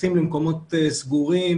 שקשורים במקומות סגורים.